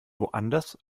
woanders